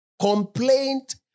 complaint